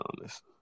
honest